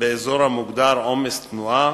באזור המוגדר "עומס תנועה",